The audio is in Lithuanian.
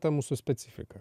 ta mūsų specifika